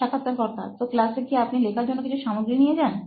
সাক্ষাৎকারকর্তা তো ক্লাসে কি আপনি লেখার জন্য কিছু সামগ্রী নিয়ে যান